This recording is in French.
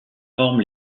forment